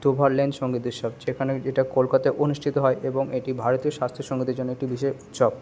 Dover Lane সঙ্গীত উৎসব যেখানে যেটা কলকাতায় অনুষ্ঠিত হয় এবং এটি ভারতীয় শাস্ত্রীয় সঙ্গীতের জন্য একটি বিশেষ উৎসব